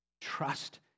Trust